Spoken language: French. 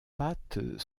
pattes